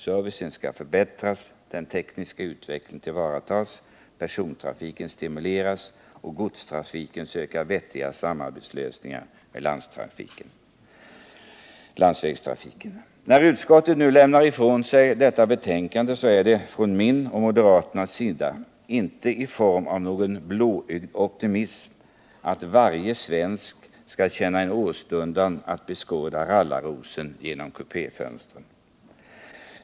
Servicen skall förbättras, den tekniska utvecklingen tillvaratas, personalen stimuleras och godstrafiken söka ett vettigt samarbete med landsvägstrafiken. När utskottet nu lämnar ifrån sig detta betänkande är det för mig och moderaterna inte fråga om någon blåögd optimism om att varje svensk skall känna en åstundan att beskåda rallarrosen genom kupéfönstret.